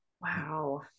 Wow